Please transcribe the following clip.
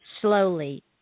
slowly